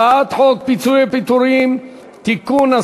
הצעת חוק פיצויי פיטורים (תיקון,